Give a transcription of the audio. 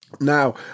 Now